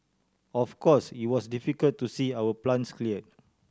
of course it was difficult to see our plants clear